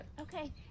Okay